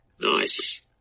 Nice